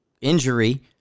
injury